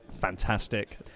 fantastic